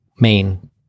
main